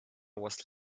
was